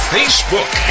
Facebook